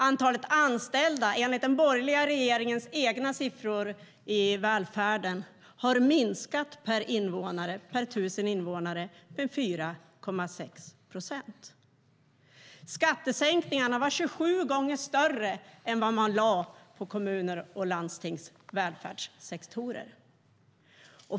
Antalet anställda, enligt den borgerliga regeringens egna siffror, i välfärden har minskat per 1 000 invånare med 4,6 procent. Skattesänkningarna var 27 gånger större än vad man lade på kommuners och landstings välfärdssektorer.